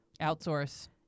Outsource